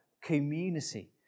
community